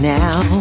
now